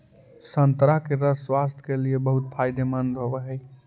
संतरा के रस स्वास्थ्य के लिए बहुत फायदेमंद होवऽ हइ